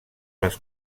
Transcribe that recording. les